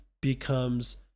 becomes